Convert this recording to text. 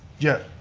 yeah,